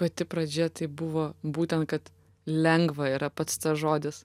pati pradžia tai buvo būtent kad lengva yra pats žodis